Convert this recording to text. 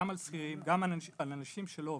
גם על שכירים, גם על אנשים שלא עובדים?